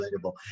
relatable